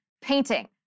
painting